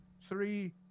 three